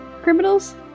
criminals